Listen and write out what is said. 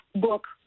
book